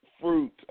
Fruit